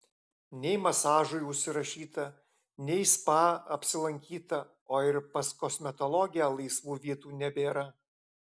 nei masažui užsirašyta nei spa apsilankyta o ir pas kosmetologę laisvų vietų nebėra